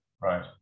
Right